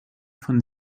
von